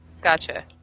Gotcha